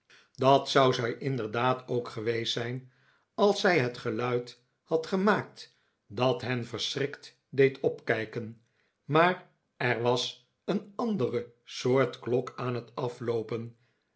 dat zou zij inderdaad ook geweest zijn f als zij het geluid had gemaakt dat hen verschrikt deed opkijken maar er was een andere soort klok aan het afloopen